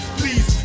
please